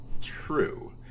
true